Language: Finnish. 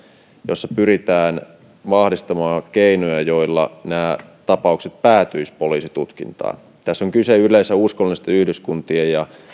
jossa pyritään vahvistamaan keinoja joilla nämä tapaukset päätyisivät poliisitutkintaan tässä on yleensä kyse uskonnollisten yhdyskuntien ja